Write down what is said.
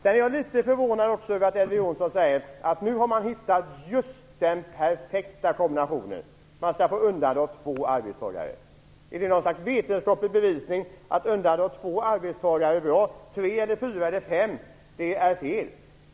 Jag är också litet förvånad över att Elver Jonsson säger att man nu har hittat just den perfekta kombinationen: Man skall få undanta två arbetstagare. Är det på något sätt vetenskapligt bevisat att det är bra att undanta just två arbetstagare och att tre, fyra eller fem är fel?